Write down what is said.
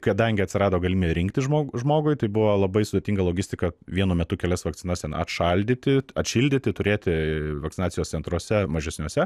kadangi atsirado galimybė rinktis žmogų žmogui tai buvo labai sudėtinga logistika vienu metu kelias vakcinos ten atšaldyti atšildyti turėti vakcinacijos centruose mažesniuose